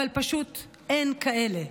אבל פשוט אין כאלה.